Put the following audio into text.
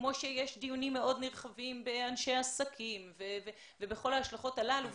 כמו שיש דיונים מאוד נרחבים בקרב אנשי עסקים ובכל ההשלכות הללו,